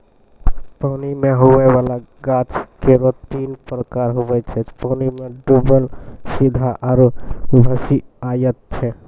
पानी मे हुवै वाला गाछ केरो तीन प्रकार हुवै छै पानी मे डुबल सीधा आरु भसिआइत